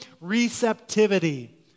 receptivity